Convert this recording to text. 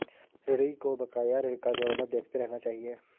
ऋणी को बकाया ऋण का विवरण देखते रहना चहिये